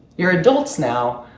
you're adults now,